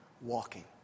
walking